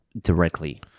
directly